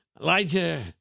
Elijah